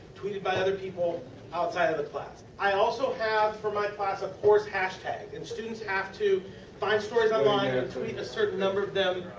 tweeted by other people outside of the class. i also have for my class a course hashtag. and students have to find stories online and tweet a certain number of them.